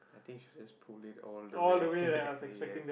I think should just pull it all the way ya